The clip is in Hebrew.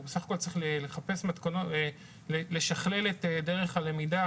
בסך הכול הוא צריך לשכלל את דרך הלמידה